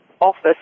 office